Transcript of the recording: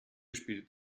spielt